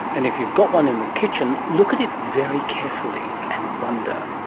and if you've got one in the kitchen, look at it very carefully and wonder.